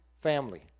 family